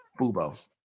Fubo